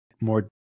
more –